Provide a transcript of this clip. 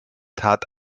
tat